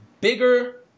Bigger